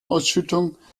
ausschüttung